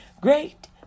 great